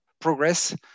progress